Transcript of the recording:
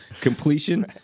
completion